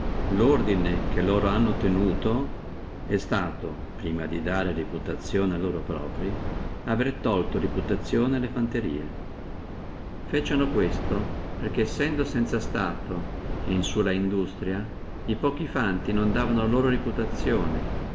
lordine che ellino hanno tenuto è stato prima per dare reputazione a loro proprii avere tolto reputazione alle fanterie feciono questo perché sendo sanza stato et in sulla industria e pochi fanti non davano loro reputazione